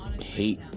hate